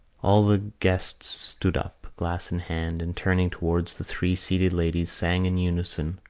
all the guests stood up, glass in hand, and turning towards the three seated ladies, sang in unison,